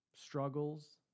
struggles